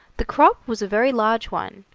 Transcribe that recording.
the crop was a very large one,